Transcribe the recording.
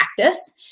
practice